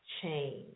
change